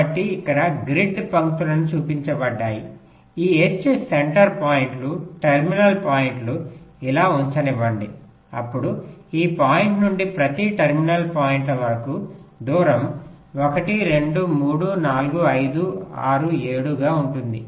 కాబట్టి ఇక్కడ గ్రిడ్ పంక్తులు చూపించబడ్డాయి ఈ H సెంటర్ పాయింట్లు టెర్మినల్ పాయింట్లు ఇలా ఉంచనివ్వండి అప్పుడు ఈ పాయింట్ నుండి ప్రతి టెర్మినల్ పాయింట్ల వరకు దూరం 1 2 3 4 5 6 7 గా ఉంటుంది